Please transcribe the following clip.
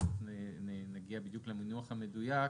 תיכף נגיע בדיוק למינוח המדויק,